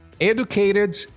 educated